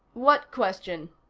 what question?